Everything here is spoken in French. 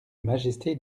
majesté